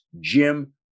Jim